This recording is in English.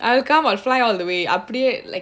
I'll come I'll fly all the way அப்டியே: apdiye like